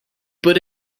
put